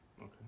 Okay